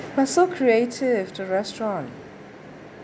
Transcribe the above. but so creative the restaurant